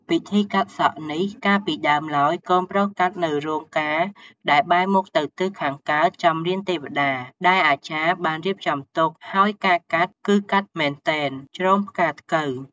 ពិធីកាត់សក់នេះកាលពីដើមឡើយ កូនប្រុសកាត់នៅរោងការដែលបែរមុខទៅទិសខាងកើតចំរានទេវតា ដែលអាចារ្យបានរៀបចំទុក ហើយការកាត់ គឺកាត់មែនទែន ជ្រងផ្កាថ្កូវ ។